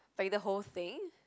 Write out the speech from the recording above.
like the whole thing